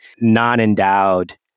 non-endowed